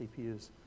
CPUs